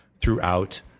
throughout